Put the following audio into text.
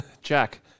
Jack